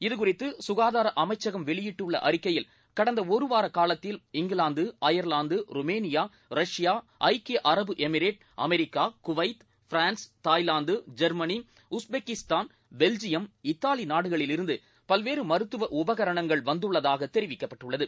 இதுகுறித்து சுகாதார அமைச்சகம் வெளியிட்டுள்ள அறிக்கையில் கடந்த ஒருவார காலத்தில் இங்கிலாந்து அயர்லாந்து ருமேனியா ரஷ்யா ஐக்கிய அரபு Emirate America Kuwait France Thailand Germany Uzbekistan Belgium Italy நாடுகளிலிருந்து பல்வேறு மருத்துவ உபகரணங்கள் வந்துள்ளதாக தெரிவிக்கப்பட்டுள்ளது